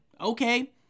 Okay